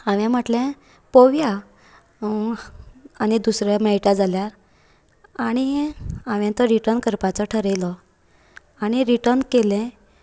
हांवे म्हटले पळोवया आनी दुसरे मेळटा जाल्यार आनी हांवेन तो रिटर्न करपाचो थारयलो आनी रिटर्न केले